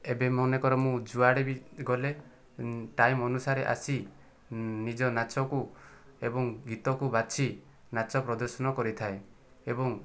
ଏବେ ମନେକର ମୁଁ ଯୁଆଡ଼େ ବି ଗଲେ ଟାଇମ ଅନୁସାରେ ଆସି ନିଜ ନାଚକୁ ଏବଂ ଗୀତକୁ ବାଛି ନାଚ ପ୍ରଦର୍ଶନ କରିଥାଏ ଏବଂ